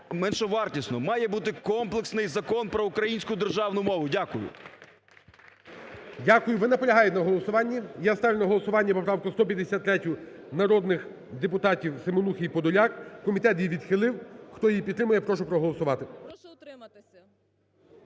меншовартісно. Має бути комплексний Закон про українську державну мову. Дякую. ГОЛОВУЮЧИЙ. Дякую. Ви наполягаєте на голосуванні? Я ставлю на голосування поправку 153 народних депутатів Семенухи і Подоляк. Комітет її відхилив. Хто її підтримує, прошу проголосувати. СЮМАР В.П. Прошу утриматися.